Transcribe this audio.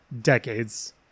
decades